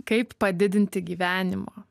kaip padidinti gyvenimo